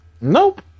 nope